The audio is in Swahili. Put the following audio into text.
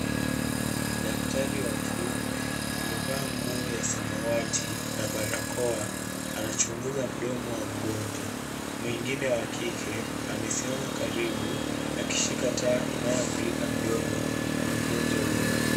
Daktari wa kiume, amevaa nguo ya samawati na barakoa. Anachunguza mdomo wa mgonjwa. Mwingine wa kike, amesimama karibu akishika taa inayomulika mdomo wa mgonjwa huyo.